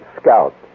scout